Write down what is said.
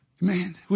man